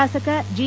ಶಾಸಕ ಜಿ